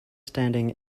standing